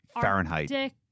Fahrenheit